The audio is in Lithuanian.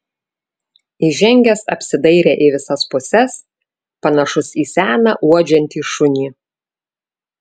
įžengęs apsidairė į visas puses panašus į seną uodžiantį šunį